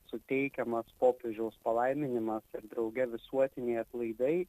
suteikiama popiežiaus palaiminimą ir drauge visuotiniai atlaidai